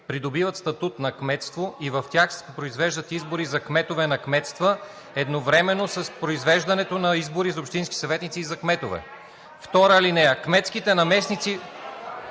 придобиват статут на кметство и в тях се произвеждат избори за кметове на кметства едновременно с произвеждането на избори за общински съветници и за кметове.